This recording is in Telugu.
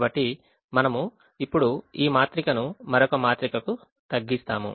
కాబట్టి మనము ఇప్పుడు ఈ మాత్రికను మరొక మాత్రికకు తగ్గిస్తాము